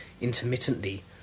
intermittently